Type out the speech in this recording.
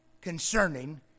concerning